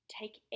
Take